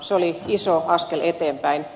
se oli iso askel eteenpäin